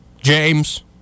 James